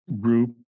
group